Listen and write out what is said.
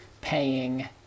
paying